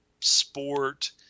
sport